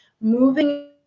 moving